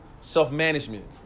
self-management